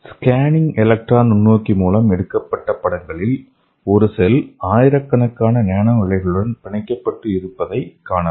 scanning electron நுண்ணோக்கி மூலம் எடுக்கப்பட்ட படங்களில் ஒரு செல் ஆயிரக்கணக்கான நானோ இழைகளுடன் பிணைக்கப்பட்டு இருப்பதை காணலாம்